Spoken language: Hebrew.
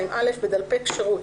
(2א)בדלפק שירות,